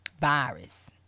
virus